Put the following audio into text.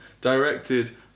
directed